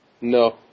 No